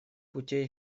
путей